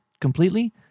completely